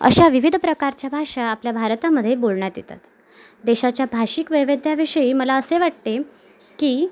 अशा विविध प्रकारच्या भाषा आपल्या भारतामध्ये बोलण्यात येतात देशाच्या भाषिक वैविध्याविषयी मला असे वाटते की